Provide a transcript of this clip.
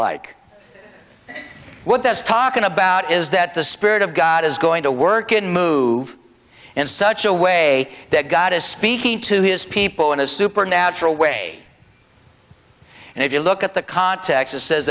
like what that's talking about is that the spirit of god is going to work and move in such a way that god is speaking to his people in a supernatural way and if you look at the cont